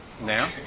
now